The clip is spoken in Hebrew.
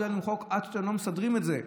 אלינו עם חוק עד שאתם לא מסדרים את זה,